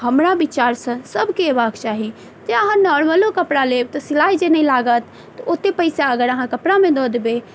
हमरा विचारसँ सबके एबाक चाही जे अहाँ नॉर्मलो कपड़ा लेब तऽ सिलाइ जे नहि लागत तऽ ओते पैसा अगर अहाँ कपड़ामे दऽ देबै